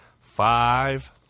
five